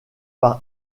par